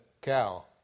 cow